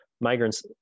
migrants